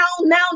now